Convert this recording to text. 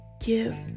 Give